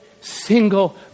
single